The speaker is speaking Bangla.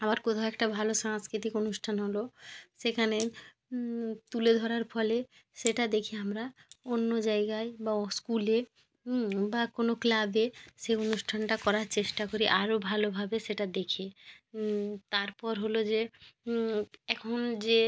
আবার কোথাও একটা ভালো সাংস্কৃতিক অনুষ্ঠান হল সেখানে তুলে ধরার ফলে সেটা দেখে আমরা অন্য জায়গায় বা ও স্কুলে বা কোনো ক্লাবে সেই অনুষ্ঠানটা করার চেষ্টা করি আরও ভালোভাবে সেটা দেখে তারপর হল যে এখন যে